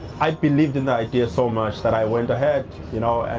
i believed in the idea so much that i went ahead, you know. and